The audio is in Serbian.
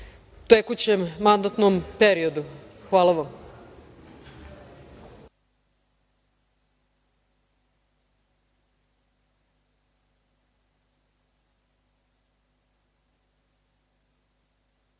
u tekućem mandatnom periodu. Hvala